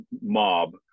mob